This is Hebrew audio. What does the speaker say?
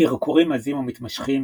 קרקורים עזים ומתמשכים,